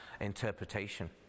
interpretation